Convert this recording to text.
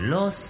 Los